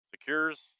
Secures